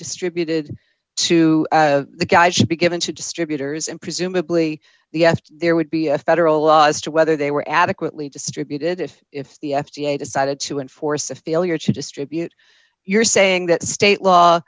distributed to the guy should be given to distributors and presumably the eft there would be a federal law as to whether they were adequately distributed if if the f d a decided to enforce a failure to distribute you're saying that state law